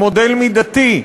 הוא מודל מידתי,